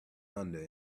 under